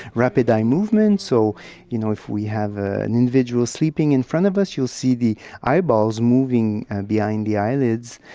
rapid eye movement. so you know if we have ah an individual sleeping in front of us you will see the eyeballs moving behind the eyelids,